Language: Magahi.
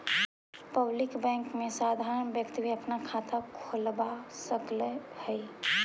पब्लिक बैंक में साधारण व्यक्ति भी अपना खाता खोलवा सकऽ हइ